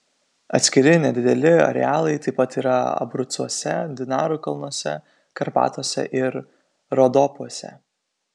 atskiri nedideli arealai taip pat yra abrucuose dinarų kalnuose karpatuose ir rodopuose